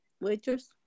Waitress